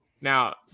Now